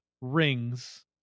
Rings